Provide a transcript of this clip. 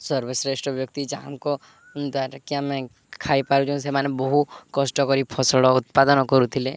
ସର୍ବଶ୍ରେଷ୍ଠ ବ୍ୟକ୍ତି ଯାହାଙ୍କ ଦ୍ୱାରା କି ଆମେ ଖାଇପାରୁଛୁ ସେମାନେ ବହୁ କଷ୍ଟ କରି ଫସଲ ଉତ୍ପାଦନ କରୁଥିଲେ